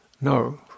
No